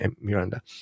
miranda